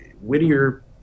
Whittier